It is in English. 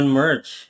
merch